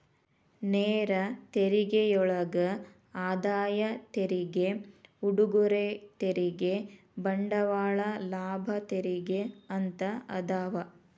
ನೇರ ತೆರಿಗೆಯೊಳಗ ಆದಾಯ ತೆರಿಗೆ ಉಡುಗೊರೆ ತೆರಿಗೆ ಬಂಡವಾಳ ಲಾಭ ತೆರಿಗೆ ಅಂತ ಅದಾವ